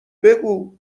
بگو